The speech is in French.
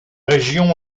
région